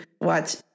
watch